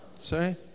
Sorry